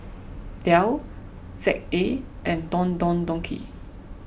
Dell Z A and Don Don Donki